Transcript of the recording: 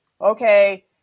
Okay